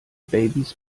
babys